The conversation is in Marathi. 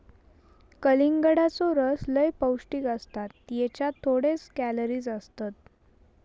कलिंगडाचो रस लय पौंष्टिक असता त्येच्यात थोडेच कॅलरीज असतत